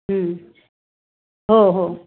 हो हो